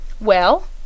Well